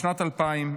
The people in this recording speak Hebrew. בשנת 2000,